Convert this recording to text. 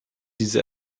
diese